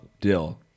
dill